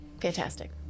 Fantastic